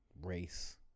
race